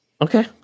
Okay